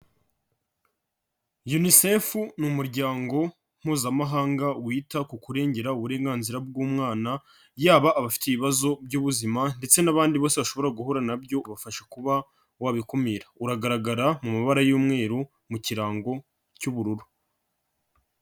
Unicef ni umuryango Mpuzamahanga wita ku kurengera uburenganzira bw'umwana, yaba aba afite ibibazo by'ubuzima ndetse n'abandi bose bashobora guhura nabyo ubafasha kuba wabikumira, uragaragara mu mabara y'umweruru mu kirango cy'ubururu.